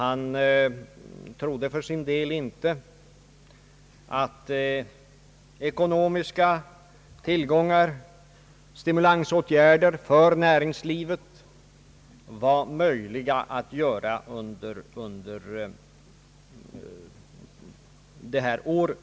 Han trodde vidare för sin del inte att det var möjligt att genomföra stimulansåtgärder för näringslivet genom ekonomiska insatser under detta år.